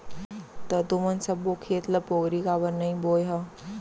त तुमन सब्बो खेत ल पोगरी काबर नइ बोंए ह?